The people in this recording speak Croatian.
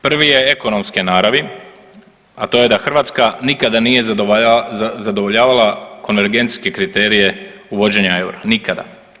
Prvi je ekonomske naravi, a to je da Hrvatska nikada nije zadovoljavala konvergencijske kriterije uvođenja EUR-a, nikada.